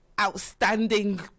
outstanding